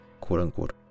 quote-unquote